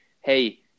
hey